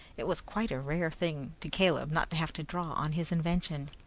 it was quite a rare thing to caleb not to have to draw on his invention.